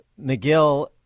McGill